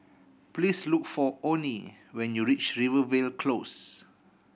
please look for Onnie when you reach Rivervale Close